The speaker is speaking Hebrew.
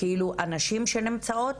הנשים שנמצאות